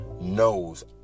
knows